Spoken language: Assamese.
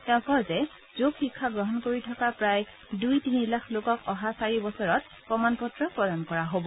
তেওঁ কয় যে যোগ শিক্ষা গ্ৰহণ কৰি থকা প্ৰায় দুই তিনি লাখ লোকক অহা চাৰি বছৰত প্ৰমাণপত্ৰ প্ৰদান কৰা হব